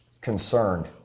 concerned